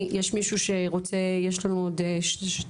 יש עוד מישהו שרוצה לומר משהו?